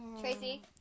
Tracy